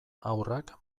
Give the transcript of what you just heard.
haurrak